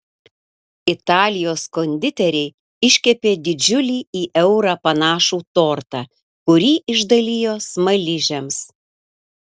italijos konditeriai iškepė didžiulį į eurą panašų tortą kurį išdalijo smaližiams